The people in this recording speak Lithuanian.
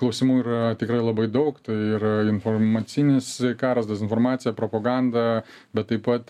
klausimų yra tikrai labai daug tai ir informacinis karas dezinformacija propaganda bet taip pat